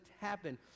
happen